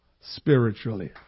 spiritually